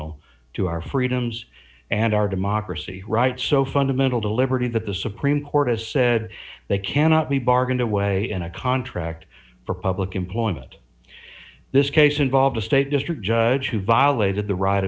al to our freedoms and our democracy right so fundamental to liberty that the supreme court has said they cannot be bargained away in a contract for public employment this case involved a state district judge who violated the ri